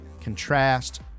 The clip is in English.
contrast